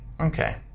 Okay